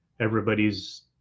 everybody's